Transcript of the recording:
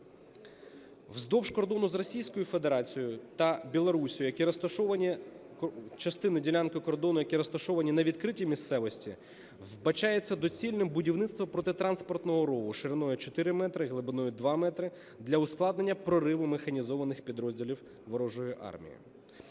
Вздовж кордону з Російською Федерацією та Білоруссю, які розташовані.... частини ділянки кордону, які розташовані на відкритій місцевості, вбачається доцільним будівництво протитранспортного рову шириною чотири метри і глибиною два метри для ускладнення прориву механізованих підрозділів ворожої армії.